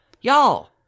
Y'all